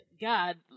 God